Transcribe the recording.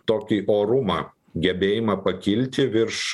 tokį orumą gebėjimą pakilti virš